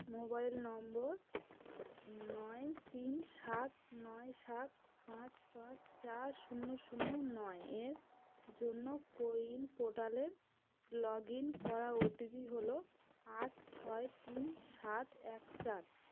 mobile number নয় তিন সাত নয় সাত পাঁচ পাঁচ চার শূন্য শূন্য নয় এর জন্য কোউইন পোর্টালের লগ ইন করা ওটিপি হলো আট ছয় তিন সাত এক চার